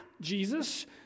Jesus